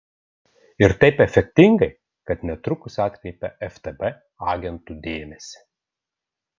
ir taip efektingai kad netrukus atkreipia ftb agentų dėmesį